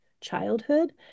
childhood